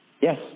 Yes